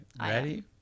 Ready